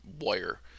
wire